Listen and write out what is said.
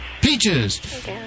Peaches